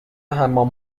حمام